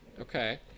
okay